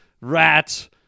rats